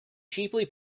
cheaply